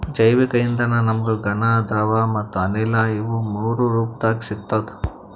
ಜೈವಿಕ್ ಇಂಧನ ನಮ್ಗ್ ಘನ ದ್ರವ ಮತ್ತ್ ಅನಿಲ ಇವ್ ಮೂರೂ ರೂಪದಾಗ್ ಸಿಗ್ತದ್